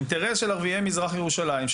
של ערביי מזרח ירושלים,